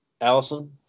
allison